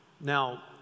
Now